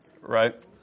Right